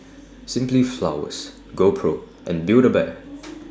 Simply Flowers GoPro and Build A Bear